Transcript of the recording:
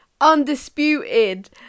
undisputed